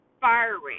firing